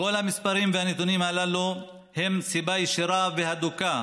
כל המספרים והנתונים הללו הם סיבה ישירה והדוקה